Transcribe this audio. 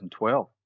2012